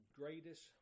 greatest